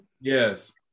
Yes